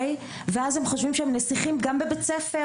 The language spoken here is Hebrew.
ואז הם חושבים שהם נסיכים גם בבית-הספר,